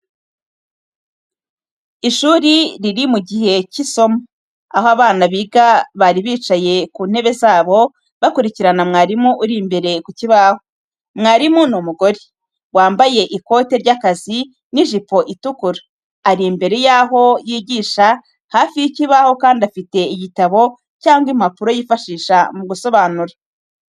Ishuri riri mu gihe cy’isomo, aho abana biga bari bicaye ku ntebe zabo, bakurikirana mwarimu uri imbere ku kibaho. Mwarimu ni umugore, wambaye ikote ry'akazi n'ijipo itukura. Ari imbere y’abo yigisha hafi y’ikibaho kandi afite igitabo cyangwa impapuro yifashisha mu gusobanura.